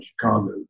Chicago